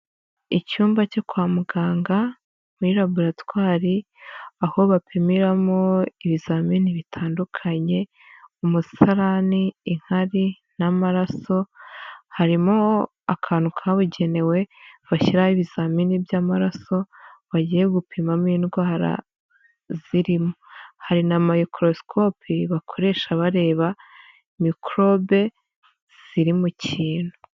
Icyumba cyo kwa muganga muri raboratwari, aho bapimiramo ibizamini bitandukanye, umusarani, inkari n'amaraso, harimo akantu kabugenewe, bashyiraho ibizamini by'amaraso, bagiye gupimamo indwara zirimo, hari na microscope bakoresha bareba, mikorobe ziri mu kintu.